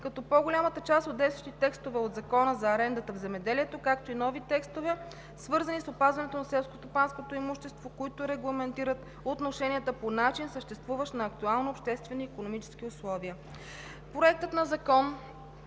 като по-голямата част от действащите текстове от Закона за арендата в земеделието, както и нови текстове, свързани с опазването на селскостопанското имущество, които регламентират отношенията по начин, съответстващ на актуалните обществено-икономически условия.